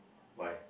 why